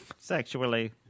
sexually